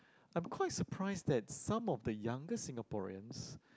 I'm quite surprised that some of the younger Singaporeans